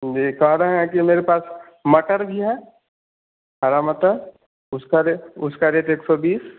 बेकारा है मेरे पास मटर भी है हरा मटर उसका रेट उसका रेट एक सौ बीस